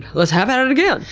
let's have at it again!